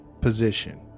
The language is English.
position